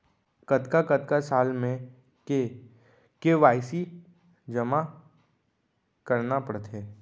कतका कतका साल म के के.वाई.सी जेमा करना पड़थे?